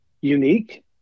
unique